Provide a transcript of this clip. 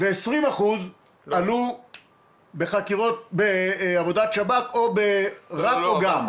20% עלו באיכוני שב"כ או רק או גם.